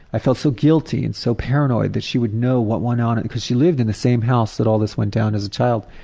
i felt so guilty and so paranoid that she would know what went on because she lived in the same house that all this went down as a child,